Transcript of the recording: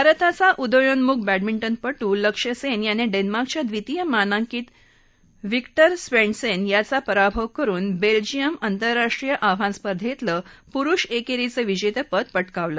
भारताचा उदयोन्मुख बॅडमिंटनपटू लक्ष्य सेन याने डेन्मार्कच्या द्वितीय मानांकित व्हिक्टर स्वेंडसेन याचा पराभव करुन बेल्जियन आंतरराष्ट्रीय आव्हान स्पर्धेतलं पुरुष एकेरीचं विजेतेपद पटकावलं